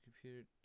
computer